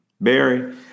Barry